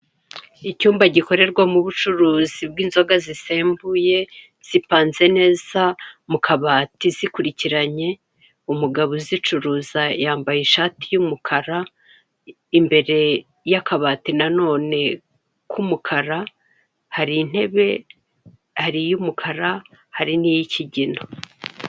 Icyumba gikorerwamo ubucuruzi bw'inzoga zisembuye, zipanze neza mu kabati zikurikiranye, umugabo uzicuruza yambaye ishati y'umukara, imbere y'akabati na none k'umukara, hari intebe, hari iy'umukara hari n'iy'ikigina.